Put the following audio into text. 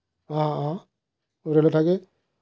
অঁ অঁ হোটেলত থাকি